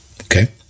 Okay